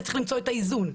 וצריך למצוא את האיזון.